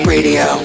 Radio